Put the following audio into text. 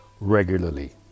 regularly